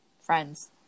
friends